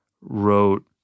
wrote